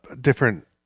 different